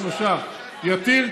שלושה: יתיר,